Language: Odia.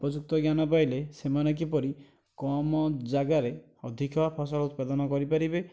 ଉପଯୁକ୍ତ ଜ୍ଞାନ ପାଇଲେ ସେମାନେ କିପରି କମ ଜାଗାରେ ଅଧିକ ଫସଲ ଉତ୍ପାଦନ କରିପାରିବେ